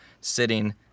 sitting